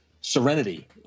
serenity